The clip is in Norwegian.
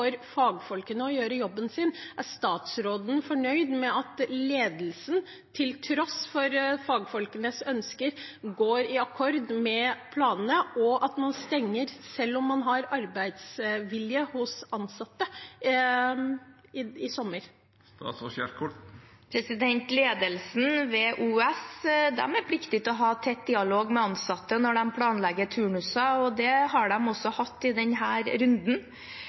fagfolkene å gjøre jobben sin. Er statsråden fornøyd med at ledelsen, til tross for fagfolkenes ønsker, går på akkord med planene og stenger selv om man har arbeidsvilje hos de ansatte i sommer? Ledelsen ved OUS er pliktig til å ha tett dialog med de ansatte når de planlegger turnuser, og det har de også hatt i denne runden.